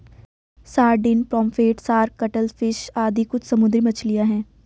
sardine, pomfret, shark, cuttlefish आदि कुछ समुद्री मछलियाँ हैं